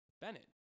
Bennett